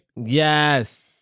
yes